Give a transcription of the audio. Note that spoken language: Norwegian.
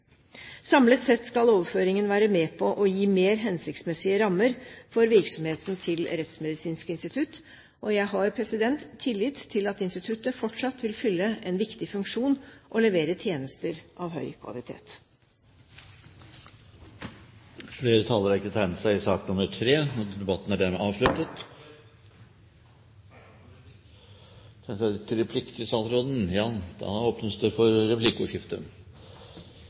Samlet sett skal overføringen være med på å gi mer hensiktsmessige rammer for virksomheten til Rettsmedisinsk institutt, og jeg har tillit til at instituttet fortsatt vil fylle en viktig funksjon og levere tjenester av høy